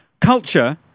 Culture